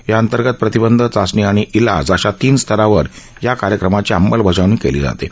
या अंतर्गत प्रतिबंध चाचणी आणि इलाज अशा तीन स्तरावर या कार्यक्रमाची अंमलबजावणी केली जाते